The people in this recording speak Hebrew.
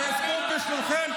זה עצוב בשבילכם.